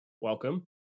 welcome